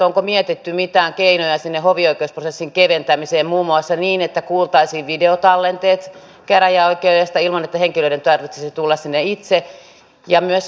onko mietitty mitään keinoja hovioikeusprosessin keventämiseksi esimerkiksi että kuultaisiin videotallenteet käräjäoikeudesta ilman että henkilöiden tarvitsisi tulla sinne itse